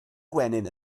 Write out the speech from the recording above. gwenyn